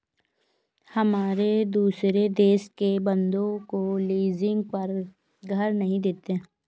हम दुसरे देश के बन्दों को लीजिंग पर घर नहीं देते